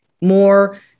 more